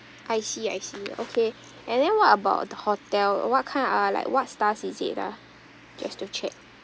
I see I see okay and then what about the hotel what kind uh like what stars is it ah just to check